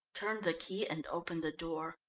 turned the key and opened the door.